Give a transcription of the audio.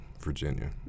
Virginia